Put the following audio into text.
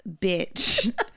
bitch